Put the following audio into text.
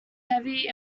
heavy